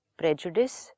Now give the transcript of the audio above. prejudice